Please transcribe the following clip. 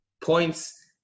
points